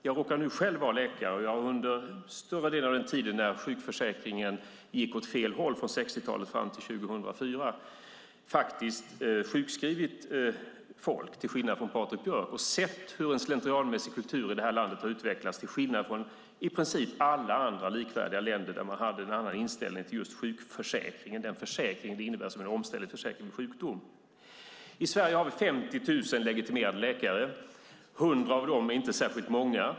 Jag råkar själv vara läkare, och under större delen av den tid då sjukförsäkringen gick åt fel håll från 60-talet och fram till 2004 har jag sjukskrivit folk till skillnad från Patrik Björck. Jag har sett hur en slentrianmässig kultur har utvecklats i det här landet till skillnad från i princip alla andra likvärdiga länder där man hade en annan inställning till sjukförsäkringen som en omställningsförsäkring vid sjukdom. I Sverige har vi 50 000 legitimerade läkare. 100 av dem är inte särskilt många.